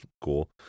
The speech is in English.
cool